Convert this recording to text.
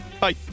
Bye